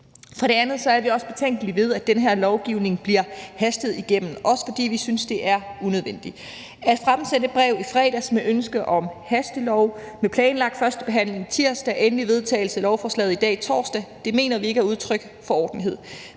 For det andet er vi også betænkelige ved, at den her lovgivning bliver hastet igennem, også fordi vi synes, det er unødvendigt. At fremsende brev i fredags med ønske om hastelov med planlagt første behandling tirsdag, endelig vedtagelse af lovforslaget i dag torsdag mener vi ikke er udtryk for ordentlighed.